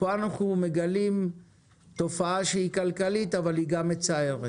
פה אנחנו מגלים תופעה שהיא כלכלית אבל גם מצערת